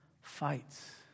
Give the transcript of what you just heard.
fights